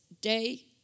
day